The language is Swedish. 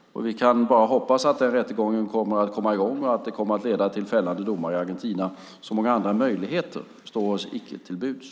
Vi kan bara hoppas att den rättegången kommer att komma i gång och att den kommer att leda till fällande domar i Argentina. Så många andra möjligheter står oss icke till buds.